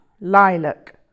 lilac